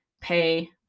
pay